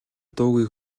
дуугүй